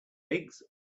eggs